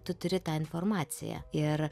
tu turi tą informaciją ir